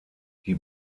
die